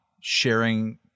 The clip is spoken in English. sharing